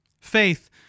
Faith